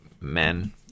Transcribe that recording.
men